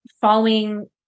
following